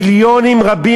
מיליונים רבים.